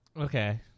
Okay